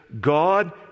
God